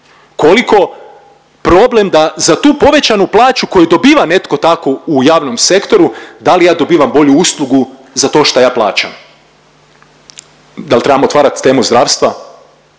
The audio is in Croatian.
koliko problem da za tu povećanu plaću koju dobiva netko tako u javnom sektoru da li ja dobivam bolju uslugu za to šta ja plaćam. Da li trebam otvarat temu zdravstva?